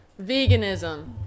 Veganism